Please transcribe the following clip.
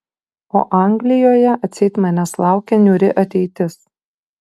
o anglijoje atseit manęs laukia niūri ateitis